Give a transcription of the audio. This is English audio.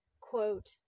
quote